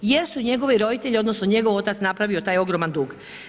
Jesu njegovi roditelji odnosno njegov otac napravio taj ogroman dug.